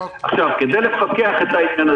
כדי לפקח על העניין,